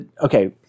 Okay